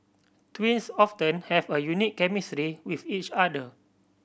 twins often have a unique chemistry with each other